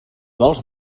vols